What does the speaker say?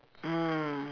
mm